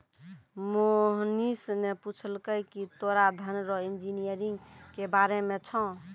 मोहनीश ने पूछलकै की तोरा धन रो इंजीनियरिंग के बारे मे छौं?